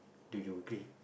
do you agree